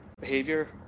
behavior